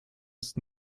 ist